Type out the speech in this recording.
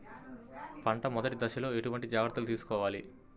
పంట మెదటి దశలో ఎటువంటి జాగ్రత్తలు తీసుకోవాలి?